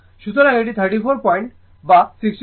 সুতরাং এটি 34 পয়েন্ট বা 63